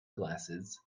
glasses